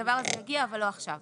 הדבר הזה יגיע אבל לא עכשיו.